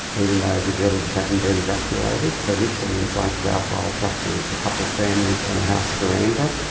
and even though the village hadn't been evacuated so literally in front of our fire truck there was a couple of families on a house veranda.